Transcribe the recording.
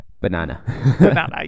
banana